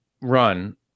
run